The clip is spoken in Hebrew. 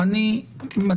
-- סליחה, אני מדגיש: